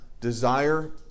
desire